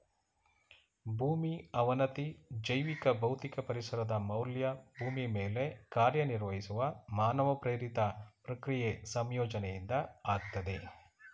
ಭೂಮಿ ಅವನತಿ ಜೈವಿಕ ಭೌತಿಕ ಪರಿಸರದ ಮೌಲ್ಯ ಭೂಮಿ ಮೇಲೆ ಕಾರ್ಯನಿರ್ವಹಿಸುವ ಮಾನವ ಪ್ರೇರಿತ ಪ್ರಕ್ರಿಯೆ ಸಂಯೋಜನೆಯಿಂದ ಆಗ್ತದೆ